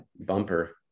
bumper